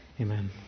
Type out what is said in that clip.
Amen